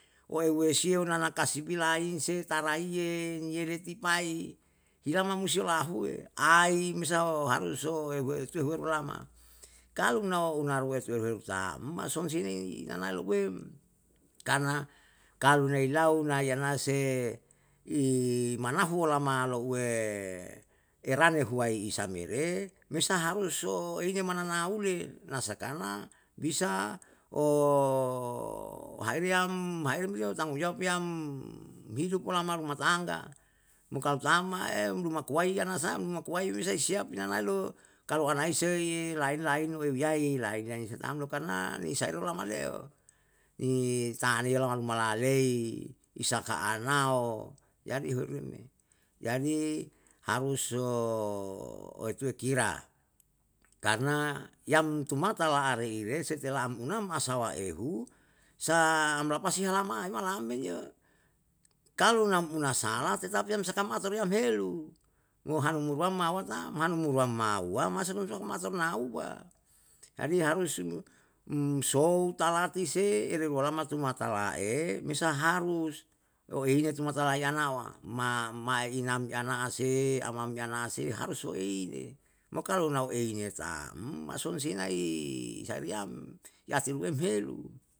Wei wesio nana kasibi lain se taraiye, niyere tipai, hilama musio lahuwe, ai mesao haruso ehuwe etuhulama. Kalu nao unaruwe tuwe tuheru tam mason si ini inana louwem karna nai lau nayana se imanahu walama louwe erane huwai isamere me saharuso inemana naule, na sakana bisa hariyam, haeriyam tanggung jawab yam hidup olama luma tangga, mo kalu tam mae lumakuwai yana tam lumakuwai me se siap niailo, kalu anaisei lain lain no eniyai ye ilai isa tam lo karna ni isaero lama leo, ni tanei lama luma lalie, isaka anao, jadi ehu uwe me. Jadi haruso oituwe kira, karna yam tumata laalei ire setelah am unam asawa ehu, sa amlapas helamae malam men yo, kalu nam una salah tetap yam sakam ator yam helu, lo hanu muruam mauwa tam, hanu muruam mauwa masa musua kamasa mauwa. Jadi harus umsou talati se ere rua lama tumata lae, mesa harus lou eiya tumata layana wa ma mae inam yeana ase, amam yana ase, harus suoile, mo kalu anu ieniya tam, mason seinai sairyam, yati uwem helu